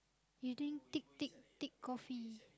you drink thick thick thick coffee